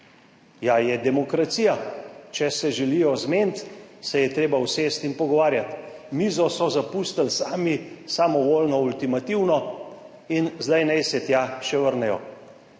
Ja, je demokracija. Če se želijo zmeniti, se je treba usesti in pogovarjati. Mizo so zapustili sami, samovoljno, ultimativno in zdaj naj se tja še vrnejo.